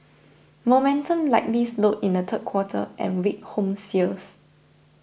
momentum likely slowed in the third quarter and weak home sales